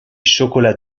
chocolats